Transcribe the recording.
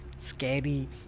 scary